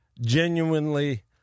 genuinely